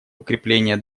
укрепления